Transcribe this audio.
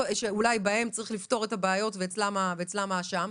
שאולי אצלם צריך לפתור את הבעיות ואצלם האשם.